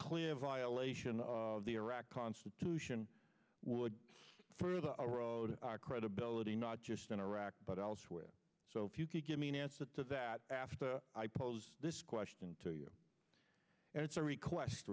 clear violation of the iraq constitution would further erode our credibility not just in iraq but elsewhere so if you could give me an answer to that africa i pose this question to you and it's a request